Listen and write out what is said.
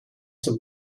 some